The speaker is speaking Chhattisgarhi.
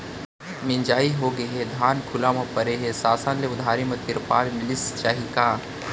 मिंजाई होगे हे, धान खुला म परे हे, शासन ले उधारी म तिरपाल मिलिस जाही का?